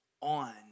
on